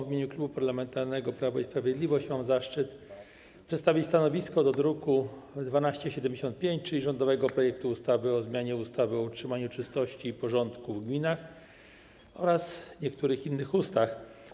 W imieniu Klubu Parlamentarnego Prawo i Sprawiedliwość mam zaszczyt przedstawić stanowisko wobec druku nr 1275, czyli rządowego projektu ustawy o zmianie ustawy o utrzymaniu czystości i porządku w gminach oraz niektórych innych ustaw.